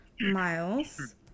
miles